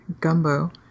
gumbo